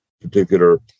particular